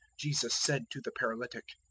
jesus said to the paralytic,